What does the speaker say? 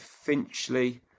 Finchley